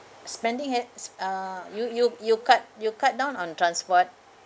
spending has uh you you you cut you cut down on transport